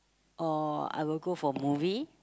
or I will go for movie